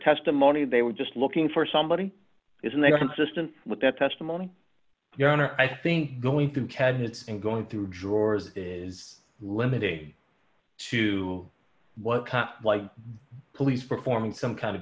testimony they were just looking for somebody is and they are consistent with that testimony your honor i think going through cabinets and going through drawers is limited to what police performing some kind of